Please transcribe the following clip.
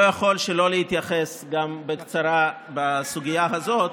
אני לא יכול שלא להתייחס בקצרה גם לסוגיה הזאת.